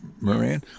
Moran